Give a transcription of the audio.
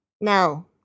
No